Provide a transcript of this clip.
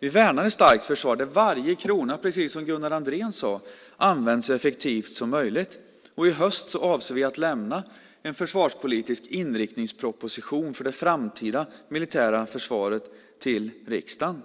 Vi värnar ett starkt försvar där varje krona, precis som Gunnar Andrén sade, används så effektivt som möjligt. I höst avser vi att lämna en försvarspolitisk inriktningsproposition för det framtida militära försvaret till riksdagen.